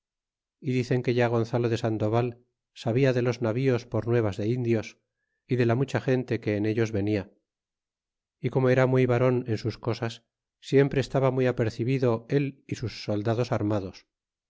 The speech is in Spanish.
é dicen que ya gonzalo de sandoval sabia de los navíos por nuevas de indios y de la mucha gente que en ellos venia y como era muy varon en sus cosas siempre estaba muy apercibido él y sus soldados armados